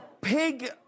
Pig